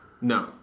No